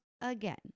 again